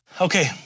Okay